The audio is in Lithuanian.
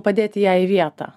padėti ją į vietą